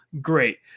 Great